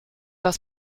das